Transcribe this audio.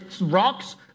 rocks